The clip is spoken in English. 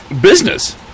business